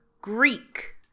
Greek